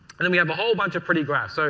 and we have a whole bunch of pretty graphs. so